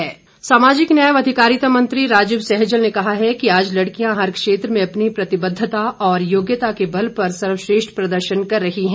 राजीव सहजल सामाजिक न्याय व अधिकारिता मंत्री राजीव सहजल ने कहा है कि आज लड़कियां हर क्षेत्र में अपनी प्रतिबद्धता और योग्यता के बल पर सर्वश्रेष्ठ प्रदर्शन कर रही हैं